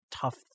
Tough